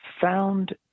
found